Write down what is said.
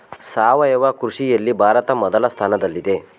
ಸಾವಯವ ಕೃಷಿಯಲ್ಲಿ ಭಾರತ ಮೊದಲ ಸ್ಥಾನದಲ್ಲಿದೆ